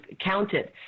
counted